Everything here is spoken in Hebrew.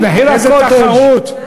איזה תחרות?